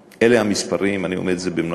אלה המספרים, אני אומר את זה במלוא השקיפות.